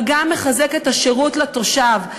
אבל גם לחזק את השירות לתושב.